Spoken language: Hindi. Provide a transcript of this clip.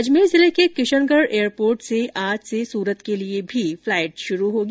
अजमेर जिले के किशनगढ एयरपोर्ट से आज से सूरत के लिये भी फ्लाइट शुरू होगी